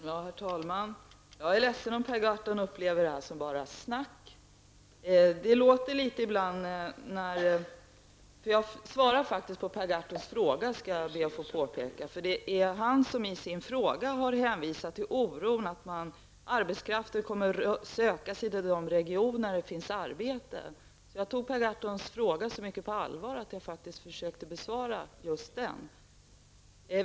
Herr talman! Jag är ledsen om Per Gahrton upplevde detta som bara snack. Jag har faktiskt svarat på Per Gahrtons fråga, skulle jag vilja påpeka. Det är han som i sin fråga har hänvisat till oron att arbetskraften skulle komma att söka sig till de regioner där det finns arbete. Jag tog Per Gahrtons fråga så mycket på allvar att jag faktiskt försökte besvara just den.